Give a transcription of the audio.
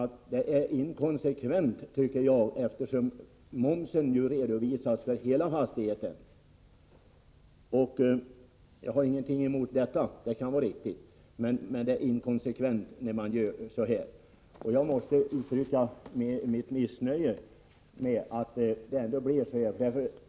Jag tycker det är inkonsekvent, eftersom ju momsen redovisas för hela fastigheten. Jag har i och för sig ingenting emot att momsen redovisas för hela fastigheten, men det blir inkonsekvent om man ej följer samma princip beträffande kompensation. Jag måste uttrycka mitt missnöje med att det har blivit så här.